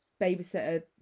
babysitter